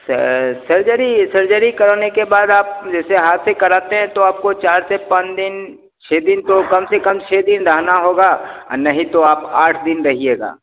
surgery surgery कराने के बाद आप जैसे हाथ से कराते हैं तो आप को चार से पाँच दिन छह दिन तो कम से कम छह दिन रहना होगा नहीं तो आप आठ दिन रहिएगा